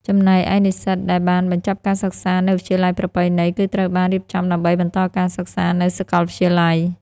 ចំណែកឯនិស្សិតដែលបានបញ្ចប់ការសិក្សានៅ វិទ្យាល័យប្រពៃណី គឺត្រូវបាន រៀបចំដើម្បីបន្តការសិក្សា នៅសាកលវិទ្យាល័យ។